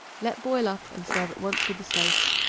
let boil up and serve at once with the steak.